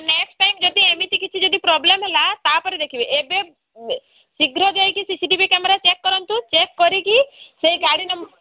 next time ଯଦି ଏମିତି କିଛି ଯଦି ପ୍ରୋବ୍ଲେମ୍ ହେଲା ତାପରେ ଦେଖିବେ ଏବେ ଶୀଘ୍ର ଯାଇକି C C T V camera check କରନ୍ତୁ ଚେକ୍ କରିକି ସେଇ ଗାଡ଼ି ନ